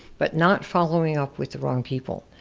but not following-up with the wrong people.